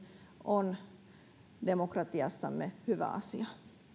on demokratiassamme hyvä asia